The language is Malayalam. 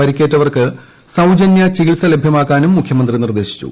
പരിക്കേറ്റവർക്ക് സൌജന്യ ചികിത്സ ലഭ്യമാക്കാനും മുഖ്യമന്ത്രി നിർദ്ദേശിച്ചു